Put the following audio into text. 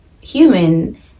human